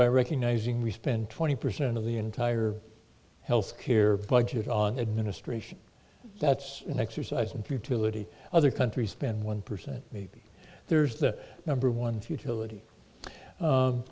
by recognizing respond twenty percent of the entire health care budget on administration that's an exercise in futility other countries spend one percent maybe there's the number one futility